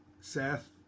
Seth